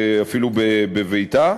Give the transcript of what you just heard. אפילו בביתה,